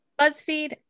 BuzzFeed